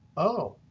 oh,